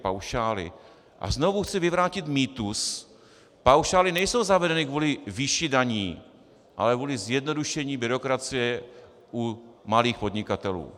A znovu chci vyvrátit mýtus paušály nejsou zavedeny kvůli výši daní, ale kvůli zjednodušení byrokracie u malých podnikatelů.